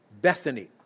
Bethany